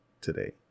today